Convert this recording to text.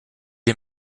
est